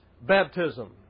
baptism